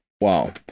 Wow